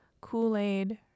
Kool-Aid